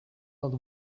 old